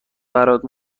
برات